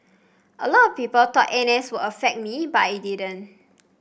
a lot of people thought N S would affect me but it didn't